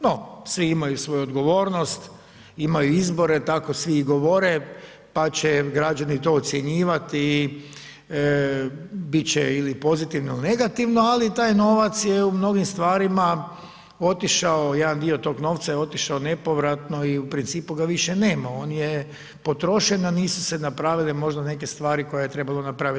No, svi imaju svoju odgovornost, imaju izbore, tako svi i govore pa će građani to ocjenjivati i biti će ili pozitivno ili negativno ali taj novac je u mnogim stvarima otišao, jedan dio tog novca je otišao nepovratno i u principu ga više nema, on je potrošen a nisu se napravile možda neke stvari koje je trebalo napraviti.